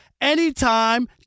anytime